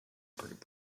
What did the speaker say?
group